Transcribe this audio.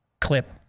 Clip